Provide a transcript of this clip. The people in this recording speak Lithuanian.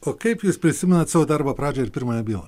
o kaip jūs prisimenat savo darbo pradžią ir pirmąją bylą